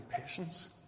patience